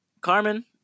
Carmen